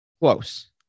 Close